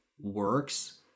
works